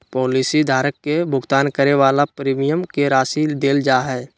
policy धारक के भुगतान करे वाला प्रीमियम के राशि देल जा हइ